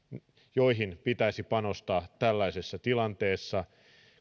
joihin pitäisi panostaa tällaisessa tilanteessa